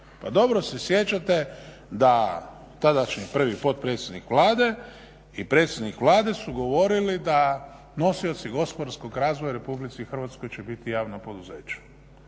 Pa dobro se sjećate da tadašnji prvi potpredsjednik Vlade i predsjednik Vlade su govorili da nosioci gospodarskog razvoja u Republici Hrvatskoj će biti javno poduzeće.